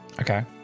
Okay